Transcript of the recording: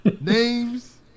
Names